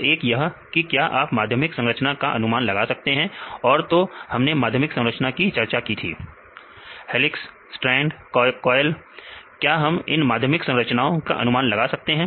तो एक यह कि क्या आप माध्यमिक संरचना का अनुमान लगा सकते हैं और तो हमने माध्यमिक संरचना की हेलिक्स स्ट्रैंड कोयल क्या हम इन माध्यमिक संरचनाओं का अनुमान लगा सकते हैं